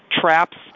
traps